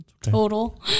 total